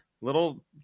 little